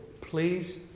please